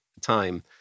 time